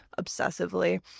obsessively